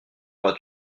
auras